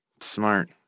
Smart